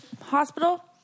hospital